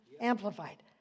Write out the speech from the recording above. Amplified